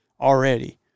already